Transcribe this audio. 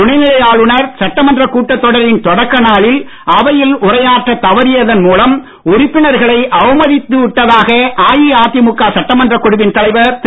துணைநிலை ஆளுநர் சட்டமன்றக் கூட்டத்தொடரின் தொடக்க நாளில் அவையில் உரையாற்ற தவறியதன் மூலம் உறுப்பினர்களை அவமதித்து விட்டதாக அஇஅதிமுக சட்டமன்றக் குழுவின் தலைவர் திரு